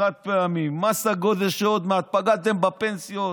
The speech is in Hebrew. את החד-פעמי, מס הגודש עוד מעט, פגעתם בפנסיות,